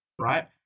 Right